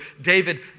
David